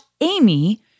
Amy